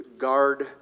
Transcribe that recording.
guard